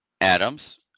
Adams